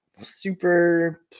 super